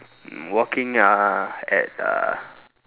walking uh at uh